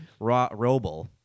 Robel